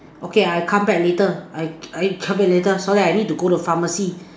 okay I come back later I I come back later sorry I need to go to pharmacy